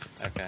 Okay